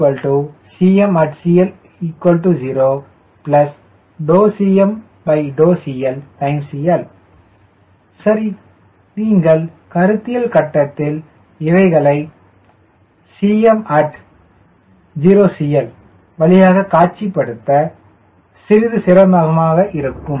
Cm at CL 0 ∂CM∂CLCL சரி நீங்கள் கருத்தியல் கட்டத்தில் இவைகளை at CL 0 வழியாக காட்சிப்படுத்த சிறிது சிரமமாக இருக்கும்